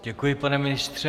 Děkuji, pane ministře.